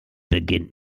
beginnt